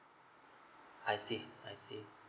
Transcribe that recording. I see I see